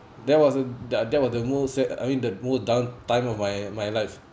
that was a that that was the most sad I mean the most down time of my life